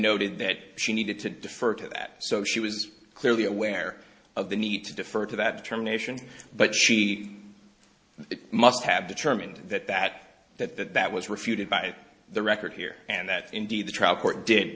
noted that she needed to defer to that so she was clearly aware of the neet defer to that determination but she it must have determined that that that that that was refuted by the record here and that indeed the tr